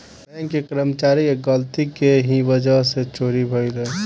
bank के कर्मचारी के गलती के ही वजह से चोरी भईल रहे